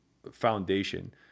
foundation